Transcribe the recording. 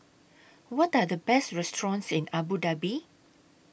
What Are The Best restaurants in Abu Dhabi